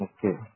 Okay